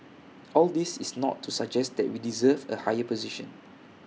all this is not to suggest that we deserve A higher position